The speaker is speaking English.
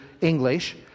English